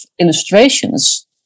illustrations